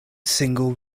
single